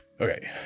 Okay